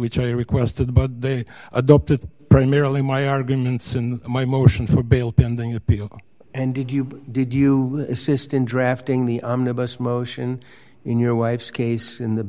which i requested but they adopted primarily my arguments and my motion for bail pending appeal and did you did you assist in drafting the omnibus motion in your wife's case in the